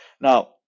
Now